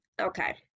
Okay